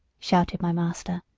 shouted my master.